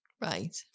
Right